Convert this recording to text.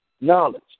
knowledge